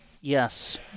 yes